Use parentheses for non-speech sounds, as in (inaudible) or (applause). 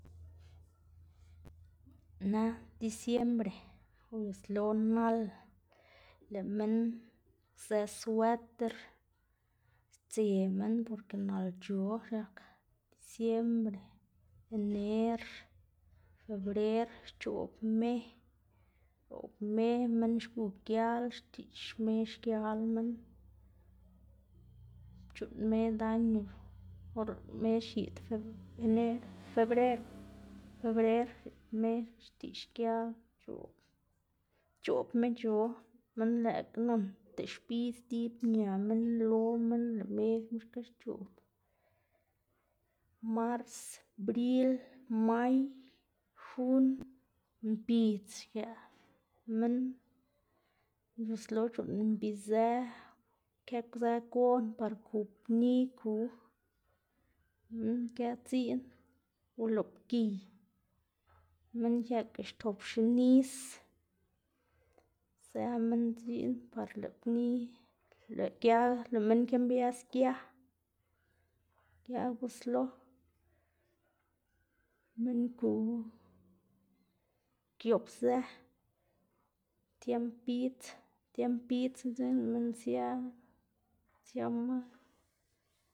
na disiembre uyuslo nal lëꞌ minn zë sweter sdze minn porke nalc̲h̲o c̲h̲ak disiembre, ener, febrer, xc̲h̲oꞌb me xc̲h̲oꞌb me minn gu gial xtiꞌx me xkial minn, c̲h̲uꞌnn me daño or lëꞌ me xyiꞌd fe- ener, febrero, (noise) febrer xyiꞌd me xtiꞌx gial c̲h̲oꞌb c̲h̲oꞌb mec̲h̲o, minn lëꞌkga noꞌnda xbidz idib ña minn lo minn lëꞌ me xka xc̲h̲oꞌb, mars, bril, may, jun, mbidz xkëꞌ minn c̲h̲uslo c̲h̲uꞌnn mbizë këzë gon par ku pni ku, mnn kë dziꞌn, uloꞌbgiy minn këꞌka xtop xinis sia minn dziꞌn par lëꞌ pni lëꞌ gia lëꞌ minn kimbias gia, gia guslo, minn ku (unintelligible) tiemb bidz, tiemb bidzga dzekna lëꞌ minn sia siama.